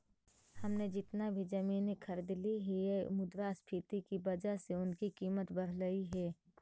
हमने जितना भी जमीनें खरीदली हियै मुद्रास्फीति की वजह से उनकी कीमत बढ़लई हे